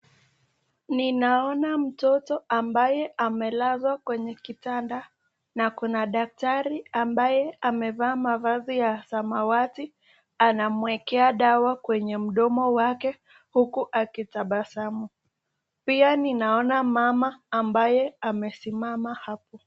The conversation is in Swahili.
Ninaona mtoto ambaye amelazwa kwenye kitanda na kuna daktari ambaye amevaa mavazi ya samawati, anamwekea dawa kwenye mdomo wake, huku akitabasamu. Pia ninaona mama ambaye amesimama hapo.